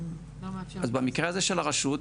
אז במקרה הזה של הרשות,